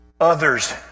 others